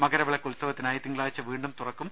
മകരവിളക്ക് ഉത്സവത്തിനായി തിങ്കളാഴ്ച വീണ്ടും തുറക്കും